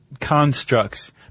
constructs